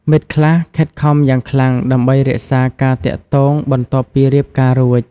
មិត្តខ្លះខិតខំយ៉ាងខ្លាំងដើម្បីរក្សាការទាក់ទងបន្ទាប់ពីរៀបការរួច។